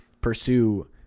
pursue